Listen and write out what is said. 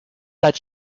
that